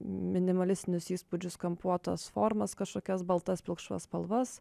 minimalistinius įspūdžius kampuotas formas kažkokias baltas pilkšvas spalvas